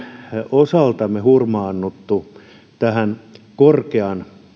osaltamme hurmaantuneet tähän korkean